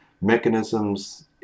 mechanisms